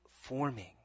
forming